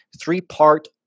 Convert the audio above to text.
three-part